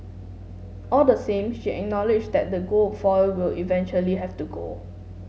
all the same she acknowledged that the gold foil will eventually have to go